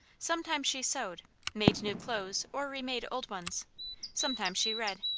sometimes she sewed made new clothes or remade old ones sometimes she read.